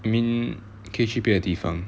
I mean 可以去别的地方